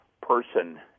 person